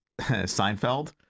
Seinfeld